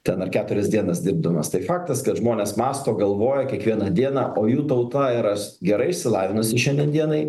ten ar keturias dienas dirbdamas tai faktas kad žmonės mąsto galvoja kiekvieną dieną o jų tauta yra gerai išsilavinusi šiandien dienai